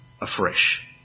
afresh